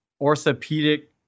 orthopedic